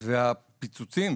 והפיצוצים,